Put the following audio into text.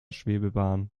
schwebebahn